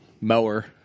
Mower